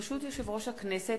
ברשות יושב-ראש הכנסת,